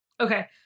Okay